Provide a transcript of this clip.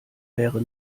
wäre